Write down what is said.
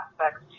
aspects